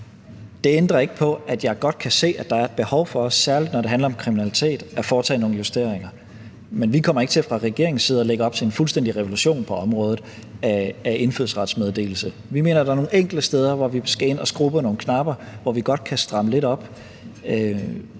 Det ændrer ikke på, at jeg godt kan se, at der er et behov for, særlig når det handler om kriminalitet, at foretage nogle justeringer. Men vi kommer ikke til fra regeringens side at lægge op til en fuldstændig revolution på området for indfødsrets meddelelse. Vi mener, der er nogle enkelte steder, hvor vi skal ind og skrue på nogle knapper, hvor vi godt kan stramme lidt op.